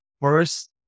first